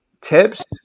Tips